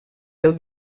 del